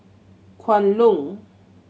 Kwan Loong